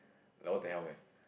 like what the hell man